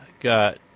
Got